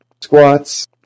Squats